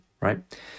right